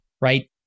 right